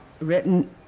written